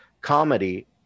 comedy